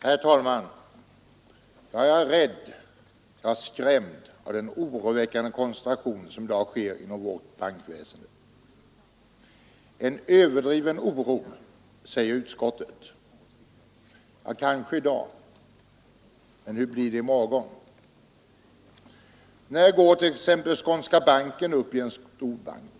Herr talman! Jag är rädd, ja skrämd av den oroväckande koncentration som i dag sker inom vårt bankväsende. En överdriven oro, säger utskottet. Ja, kanske i dag, men hur blir det i morgon? När går t.ex. Skånska banken upp i en storbank?